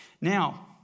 Now